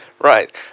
Right